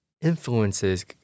influences